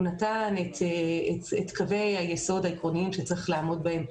הוא נתן את קווי היסוד העקרוניים שצריך לעמוד בהם,